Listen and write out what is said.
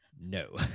no